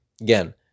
again